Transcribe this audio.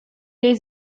jej